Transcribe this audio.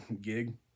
gig